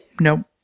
Nope